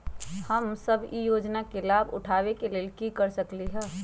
हम सब ई योजना के लाभ उठावे के लेल की कर सकलि ह?